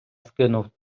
скинув